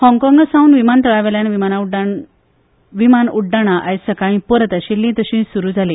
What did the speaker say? हाँगकाँग सावन विमान तळा वयल्यान विमान उड्डाण आज सकाळीं परत आशिल्ली तशी सुरू जाली